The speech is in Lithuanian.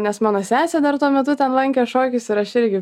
nes mano sesė dar tuo metu ten lankė šokius ir aš irgi